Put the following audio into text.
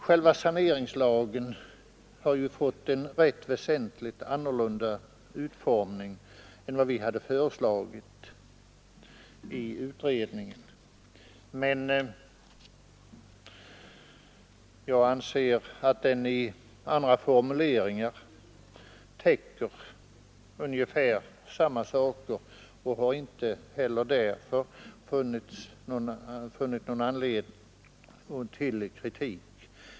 Själva saneringslagen har fått en rätt väsentligt annorlunda utformning i förhållande till vad utredningen föreslog, men jag anser att den med andra formuleringar täcker ungefär samma saker och har därför inte heller där funnit någon anledning att kritisera.